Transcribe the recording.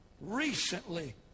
recently